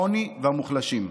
העוני והמוחלשים.